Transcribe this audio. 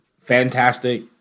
Fantastic